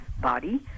body